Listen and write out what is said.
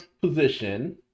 position